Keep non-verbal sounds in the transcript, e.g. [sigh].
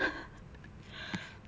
[laughs]